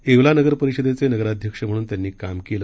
येवला नगर परीषदेचे नगराध्यक्ष म्हणून त्यांनी काम केलं